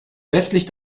westlich